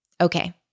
Okay